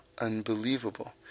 Unbelievable